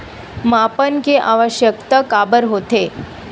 मापन के आवश्कता काबर होथे?